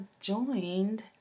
joined